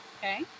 Okay